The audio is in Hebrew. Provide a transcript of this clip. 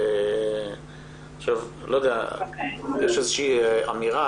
יש איזו שהיא אמירה,